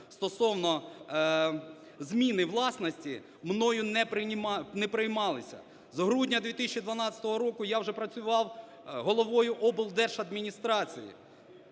стосовно зміни власності мною не приймалися. З грудня 2012 року я вже працював головою облдержадміністрації,